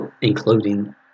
including